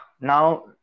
Now